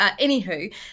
anywho